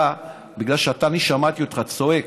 אתה, בגלל שאני שמעתי אותך צועק